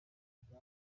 bwa